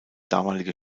damalige